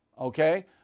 Okay